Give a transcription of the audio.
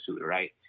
right